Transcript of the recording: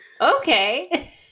Okay